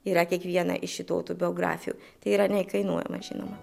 yra kiekviena iš šitų autobiografijų tai yra neįkainojama žinoma